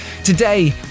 Today